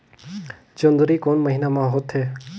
जोंदरी कोन महीना म होथे?